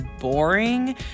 boring